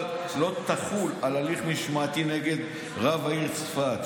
לא תחול על ההליך המשמעתי נגד רב העיר צפת,